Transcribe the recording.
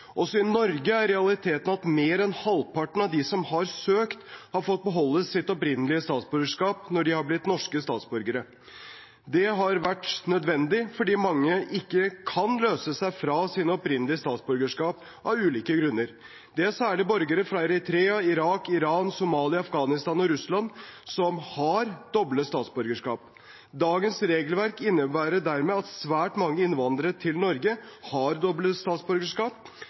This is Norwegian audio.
Også i Norge er realiteten at mer enn halvparten av dem som har søkt, har fått beholde sitt opprinnelige statsborgerskap når de har blitt norske statsborgere. Det har vært nødvendig fordi mange ikke kan løse seg fra sitt opprinnelige statsborgerskap, av ulike grunner. Det er særlig borgere fra Eritrea, Irak, Iran, Somalia, Afghanistan og Russland som har dobbelt statsborgerskap. Dagens regelverk innebærer dermed at svært mange innvandrere til Norge har dobbelt statsborgerskap,